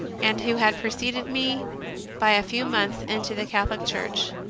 and who had preceded me by a few months into the catholic church.